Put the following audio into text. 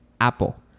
apple